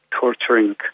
torturing